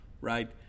right